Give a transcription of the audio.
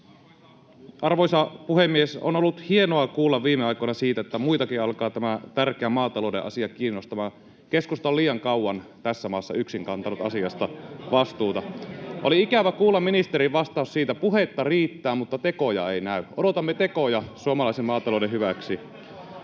Arvoisa puhemies! On ollut hienoa kuulla viime aikoina siitä, että muitakin alkaa tämä tärkeä maatalouden asia kiinnostamaan. Keskusta on liian kauan tässä maassa yksin kantanut asiasta vastuuta. Oli ikävä kuulla ministerin vastaus — siitä puhetta riittää, mutta tekoja ei näy. Odotamme tekoja suomalaisen maatalouden hyväksi.